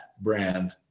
brand